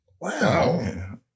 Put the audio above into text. Wow